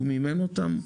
הוא מימן אותן,